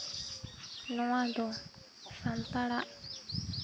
ᱱᱚᱣᱟ ᱫᱚ ᱥᱟᱱᱛᱟᱲᱟᱜ